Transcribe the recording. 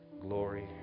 glory